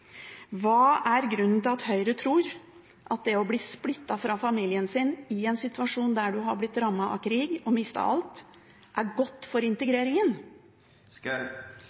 Hva er grunnen til at Høyre tror at det å bli splittet fra familien sin – i en situasjon der man har blitt rammet av krig og mistet alt – er godt for integreringen?